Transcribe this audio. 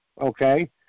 okay